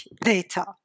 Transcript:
data